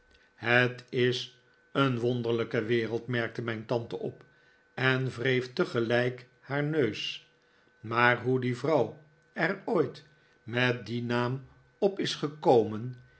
het is een wonderlijke wereld merkte mijn tante op en wreef tegelijk haar neus maar hoe die vrouw er ooit met dien naam op is gekomen